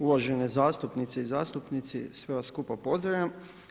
Uvažene zastupnice i zastupnici, sve vas skupa pozdravljam.